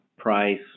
price